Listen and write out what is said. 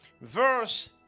verse